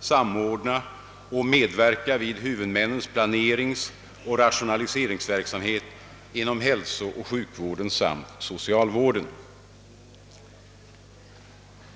samordna och medverka vid huvudmännens planeringsoch rationaliseringsverksamhet inom hälsooch sjukvården samt socialvården.